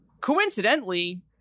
coincidentally